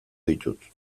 ditut